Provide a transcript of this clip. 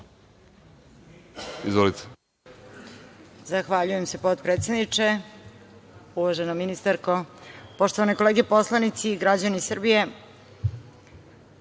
Izvolite.